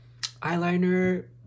eyeliner